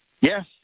yes